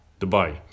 Dubai